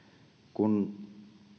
kun